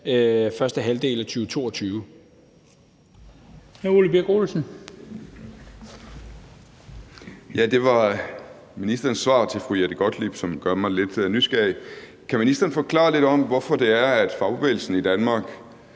første halvdel af 2022.